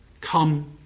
Come